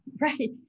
right